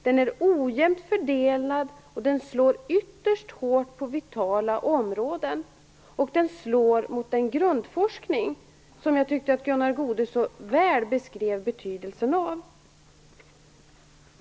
Den är ojämnt fördelad och slår ytterst hårt på vitala områden. Den slår mot den grundforskning vars betydelse jag tyckte att Gunnar Goude så väl beskrev.